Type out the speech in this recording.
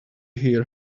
hear